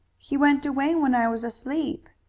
he went away when i was asleep.